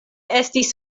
estis